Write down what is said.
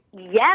Yes